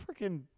freaking